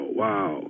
wow